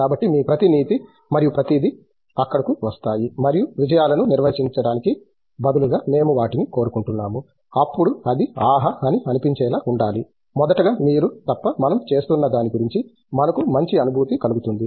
కాబట్టి మీ ప్రతి నీతి మరియు ప్రతిదీ అక్కడకు వస్తాయి మరియు విజయాలను నిర్వచించటానికి బదులుగా మేము వాటిని కోరుకుంటున్నాము అప్పుడు అది ఆహా అని అనిపించేలా ఉండాలి మొదటగా మీరు తప్ప మనం చేస్తున్న దాని గురించి మనకు మంచి అనుభూతి కలుగుతుంది